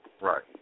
Right